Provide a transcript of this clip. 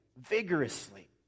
vigorously